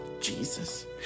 Jesus